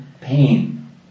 pain